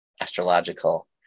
astrological